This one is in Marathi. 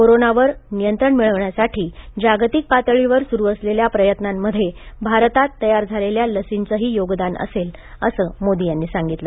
कोरोनावर नियंत्रण मिळवण्यासाठी जागतिक पातळीवर सुरू असलेल्या प्रयत्नांमध्ये भारतात तयार झालेल्या लसीचेही योगदान असेल असे मोदी यांनी सांगितले